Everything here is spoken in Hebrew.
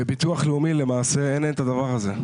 בביטוח לאומי למעשה אין את הדבר הזה.